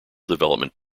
development